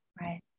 right